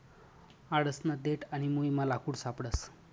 आडसना देठ आणि मुयमा लाकूड सापडस